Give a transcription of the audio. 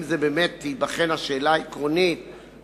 אם באמת תיבחן השאלה העקרונית,